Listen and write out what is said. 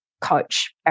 coach